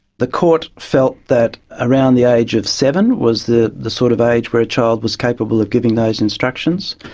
the court felt that around the age of seven was the the sort of age where a child was capable of giving those instructions.